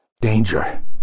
Danger